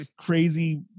crazy